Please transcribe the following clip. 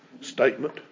statement